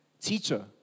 Teacher